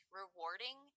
rewarding